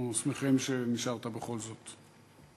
אנחנו שמחים שנשארת בכל זאת.